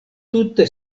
tute